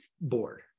board